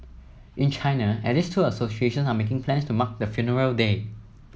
in China at least two associations are making plans to mark the funeral day